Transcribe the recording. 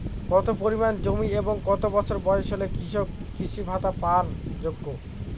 কত পরিমাণ জমি এবং কত বছর বয়স হলে কৃষক কৃষি ভাতা পাওয়ার যোগ্য?